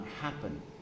happen